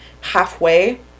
halfway